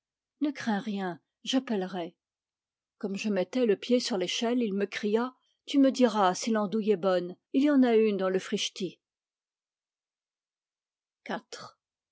ne crains rien j'appellerai comme je mettais le pied sur l'échelle il me cria tu me diras si l'andouille est bonne il y en a une dans le